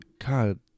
God